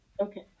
Okay